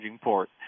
port